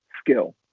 skill